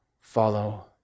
follow